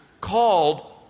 called